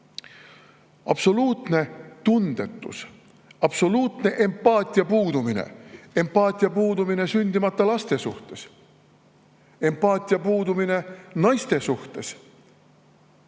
Absoluutne tundetus, absoluutne empaatia puudumine, empaatia puudumine sündimata laste suhtes, empaatia puudumine naiste suhtes,